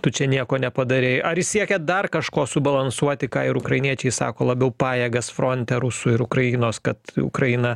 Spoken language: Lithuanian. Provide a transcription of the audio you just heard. tu čia nieko nepadarei ar jis siekia dar kažko subalansuoti ką ir ukrainiečiai sako labiau pajėgas fronte rusų ir ukrainos kad ukraina